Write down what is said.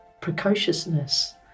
precociousness